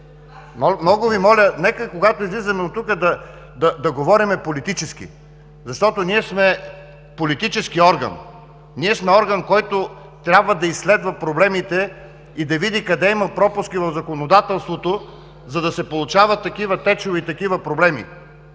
Много Ви моля, нека когато излизаме от тук, да говорим политически, защото ние сме политически орган. Ние сме орган, който трябва да изследва проблемите и да види къде има пропуски в законодателството, за да се получават такива течове и такива проблеми.